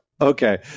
Okay